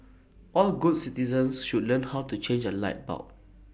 all good citizens should learn how to change A light bulb